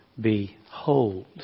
behold